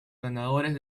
ganadores